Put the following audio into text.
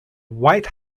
white